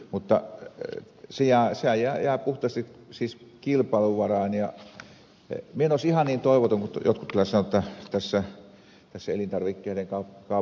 mutta se jää puhtaasti siis kilpailun varaan ja minä en olisi ihan niin toivoton kuin jotkut jotka täällä sanovat jotta elintarvikkeiden kaupoilla ei ole kilpailua